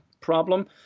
problem